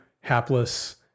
hapless